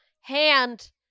hand